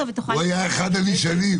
יש את הנתון שהיה בוויכוח גדול בדיון הקודם,